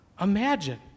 Imagine